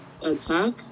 attack